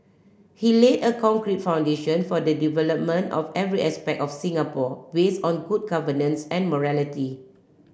he laid a concrete foundation for the development of every aspect of Singapore based on good governance and morality